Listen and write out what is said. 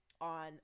on